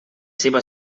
seva